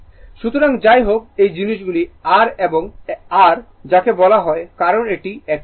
সুতরাং যাই হোক এই জিনিসগুলি r এবং r যাকে বলা হয় কারণ এটি একটি মৌলিক কোর্স